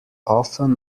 often